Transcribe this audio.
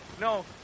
No